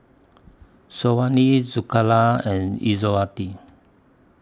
Syazwani Zulaikha and Izzati